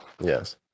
Yes